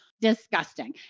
disgusting